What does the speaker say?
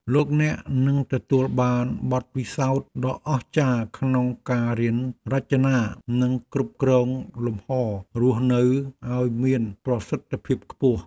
លោកអ្នកនឹងទទួលបានបទពិសោធន៍ដ៏អស្ចារ្យក្នុងការរៀនរចនានិងគ្រប់គ្រងលំហររស់នៅឱ្យមានប្រសិទ្ធភាពខ្ពស់។